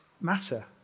matter